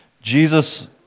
Jesus